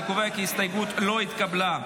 אני קובע כי ההסתייגות לא התקבלה.